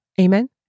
Amen